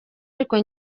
ariko